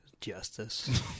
Justice